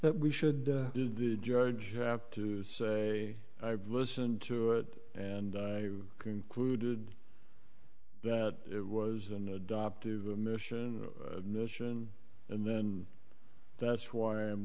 that we should did the judge have to say i've listened to it and concluded that it was an adoptive a mission a mission and then that's why i'm